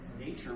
nature